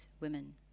women